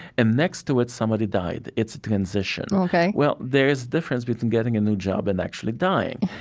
and next to it, somebody died. it's a transition ok well, there is difference between getting a new job and actually dying.